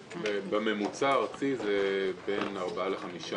בממוצע הארצי זה בין 4% ל-5%,